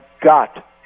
got